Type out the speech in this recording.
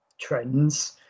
trends